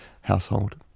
household